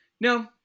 No